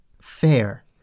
fair